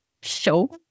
show